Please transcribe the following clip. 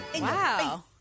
Wow